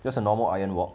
just a normal iron wok